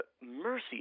mercy